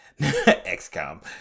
XCOM